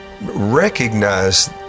recognize